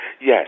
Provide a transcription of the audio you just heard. Yes